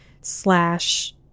slash